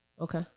okay